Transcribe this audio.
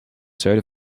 zuiden